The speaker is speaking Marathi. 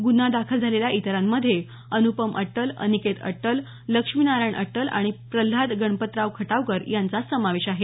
गुन्हा दाखल झालेल्या इतरांमध्ये अनुपम अट्टल अनिकेत अट्टल लक्ष्मीनारायण अट्टल आणि प्रल्हाद गणपतराव खटावकर यांचा समावेश आहे